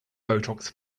botox